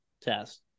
test